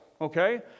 okay